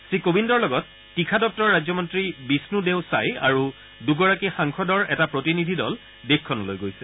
শ্ৰীকোবিন্দৰ লগত তীখা দপ্তৰৰ ৰাজ্যমন্ত্ৰী বিষ্ণু দেও ছাই আৰু দুগৰাকী সাংসদৰ এটা প্ৰতিনিধি দল দেশখনলৈ গৈছে